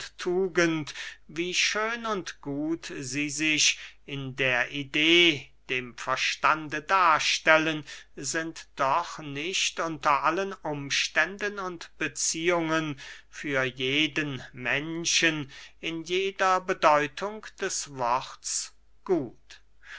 tugend wie schön und gut sie sich in der idee dem verstande darstellen sind doch nicht unter allen umständen und beziehungen für jeden menschen in jeder bedeutung des worts gut